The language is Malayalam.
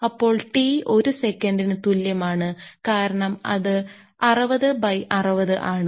അപ്പോൾ t ഒരു സെക്കൻഡിന് തുല്യമാണ് കാരണം അത് 60 60 ആണ്